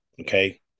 Okay